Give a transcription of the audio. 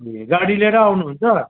ए गाडी लिएर आउनु हन्छ